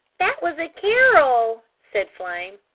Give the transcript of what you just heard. that was a carol, said flame.